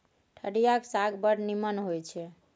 ठढियाक साग बड़ नीमन होए छै